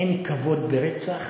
אין כבוד ברצח.